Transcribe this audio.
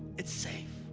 it's safe.